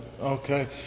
Okay